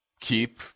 Keep